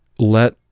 let